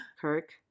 Kirk